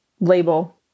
label